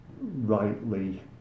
rightly